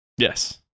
Yes